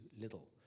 little